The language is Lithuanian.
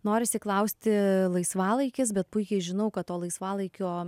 norisi klausti laisvalaikis bet puikiai žinau kad to laisvalaikio